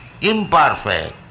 imperfect